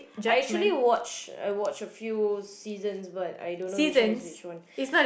I actually watch I watch a few seasons but I don't know which one is which one